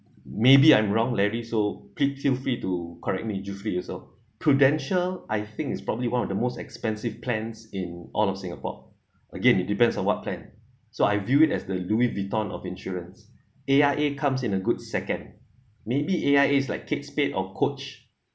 maybe I'm wrong larry so please feel free to correct me zuffrie also prudential I think is probably one of the most expensive plans in all of singapore again it depends on what plan so I view it as the louis vuitton of insurance A_I_A comes in a good second maybe A_I_A is like kate spade or coach